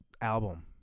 album